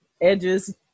edges